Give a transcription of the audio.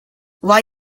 why